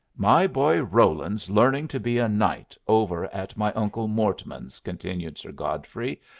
my boy roland's learning to be a knight over at my uncle mortmain's, continued sir godfrey,